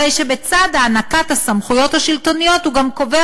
בצד הענקת הסמכויות השלטוניות הוא גם קובע